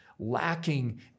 lacking